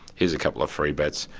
here's a couple of free bets,